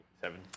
seven